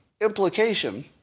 implication